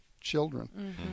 children